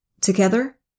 together